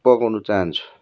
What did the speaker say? पकाउनु चाहन्छु